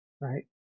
right